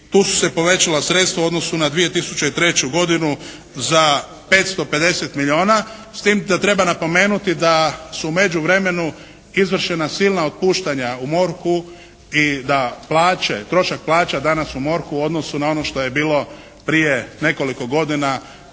tu su se povećala sredstva u odnosu na 2003. godinu za 550 milijona, s tim da treba napomenuti da su u međuvremenu izvršena silna otpuštanja u MORH-u i da plaće, trošak plaća danas u MORH-u u odnosu na ono što je bilo prije nekoliko godina su se